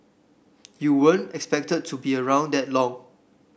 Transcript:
you weren't expected to be around that long